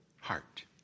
heart